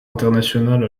international